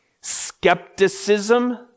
skepticism